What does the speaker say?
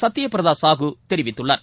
சத்தியபிரதா சாகூ தெரிவித்துள்ளார்